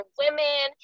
women